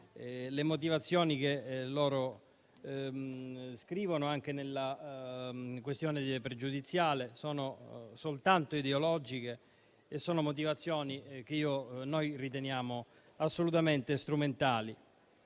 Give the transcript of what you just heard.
le motivazioni che loro scrivono anche nella questione pregiudiziale sono soltanto ideologiche e sono motivazioni che noi riteniamo assolutamente strumentali.